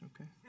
okay